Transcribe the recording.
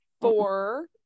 four